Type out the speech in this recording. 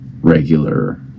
Regular